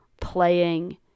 playing